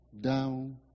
down